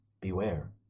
beware